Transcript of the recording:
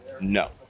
No